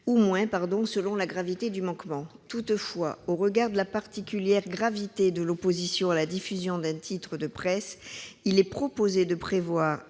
ou moins, selon la gravité du manquement. Toutefois, au regard de la particulière gravité de l'opposition à la diffusion d'un titre de presse, il est proposé de